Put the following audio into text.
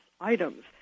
items